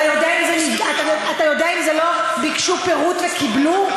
אתה יודע אם לא ביקשו פירוט וקיבלו?